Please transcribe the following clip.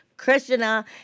Krishna